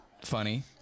funny